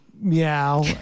meow